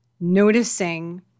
noticing